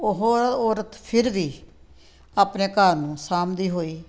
ਉਹ ਔ ਔਰਤ ਫਿਰ ਵੀ ਆਪਣੇ ਘਰ ਨੂੰ ਸਾਂਭਦੀ ਹੋਈ